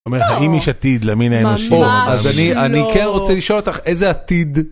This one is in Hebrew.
האם יש עתיד למין האנושים, אז אני כן רוצה לשאול אותך איזה עתיד.